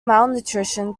malnutrition